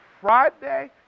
Friday